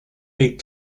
big